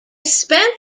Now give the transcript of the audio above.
spent